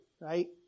right